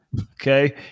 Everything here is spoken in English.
Okay